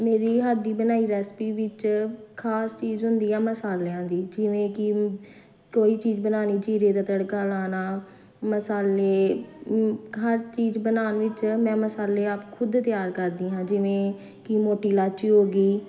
ਮੇਰੀ ਹੱਥ ਦੀ ਬਣਾਈ ਰੈਸਪੀ ਵਿੱਚ ਖ਼ਾਸ ਚੀਜ਼ ਹੁੰਦੀ ਆ ਮਸਾਲਿਆਂ ਦੀ ਜਿਵੇਂ ਕਿ ਕੋਈ ਚੀਜ਼ ਬਣਾਉਣੀ ਜੀਰੇ ਦਾ ਤੜਕਾ ਲਾਉਣਾ ਮਸਾਲੇ ਹਰ ਚੀਜ਼ ਬਣਾਉਣ ਵਿੱਚ ਮੈਂ ਮਸਾਲੇ ਆਪ ਖੁਦ ਤਿਆਰ ਕਰਦੀ ਹਾਂ ਜਿਵੇਂ ਕਿ ਮੋਟੀ ਇਲਾਇਚੀ ਹੋ ਗਈ